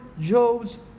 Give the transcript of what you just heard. Job's